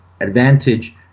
advantage